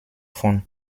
von